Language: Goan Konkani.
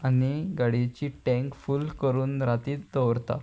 आनी गाडयेची टँक फूल करून राती दवरतां